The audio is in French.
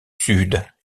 sud